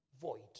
void